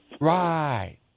right